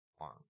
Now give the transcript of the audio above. arm